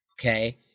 okay